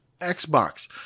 Xbox